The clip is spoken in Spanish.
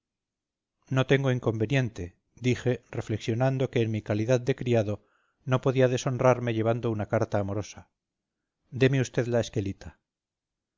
no tengo inconveniente dije reflexionando que en mi calidad de criado no podía deshonrarme llevando una carta amorosa déme usted la esquelita